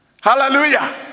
Hallelujah